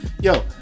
Yo